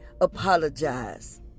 apologize